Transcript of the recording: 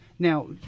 Now